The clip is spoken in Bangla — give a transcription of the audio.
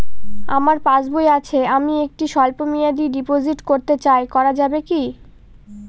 আমার পাসবই আছে আমি একটি স্বল্পমেয়াদি ডিপোজিট করতে চাই করা যাবে কি?